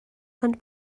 ond